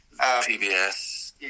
PBS